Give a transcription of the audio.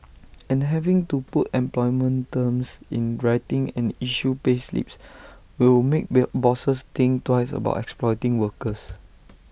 and having to put employment terms in writing and issue payslips will make bill bosses think twice about exploiting workers